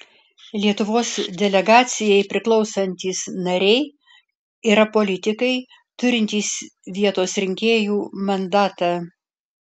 lietuvos delegacijai priklausantys nariai yra politikai turintys vietos rinkėjų mandatą